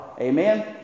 Amen